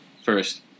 first